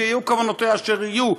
יהיו כוונותיה אשר יהיו,